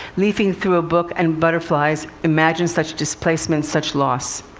leafing through a book and butterflies, imagine such displacement, such loss?